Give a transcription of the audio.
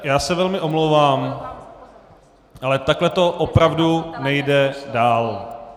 Já se velmi omlouvám, ale takhle to opravdu nejde dál.